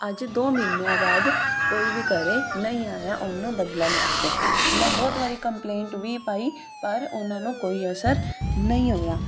ਅੱਜ ਦੋ ਮਹੀਨਿਆਂ ਬਾਅਦ ਕੋਈ ਵੀ ਘਰ ਨਹੀਂ ਆਇਆ ਉਹਨੂੰ ਬਦਲਣ ਵਾਸਤੇ ਮੈਂ ਬਹੁਤ ਵਾਰੀ ਕੰਪਲੇਂਟ ਵੀ ਪਾਈ ਪਰ ਉਹਨਾਂ ਨੂੰ ਕੋਈ ਅਸਰ ਨਹੀਂ ਹੋਇਆ